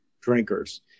drinkers